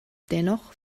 dennoch